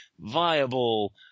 viable